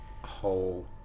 whole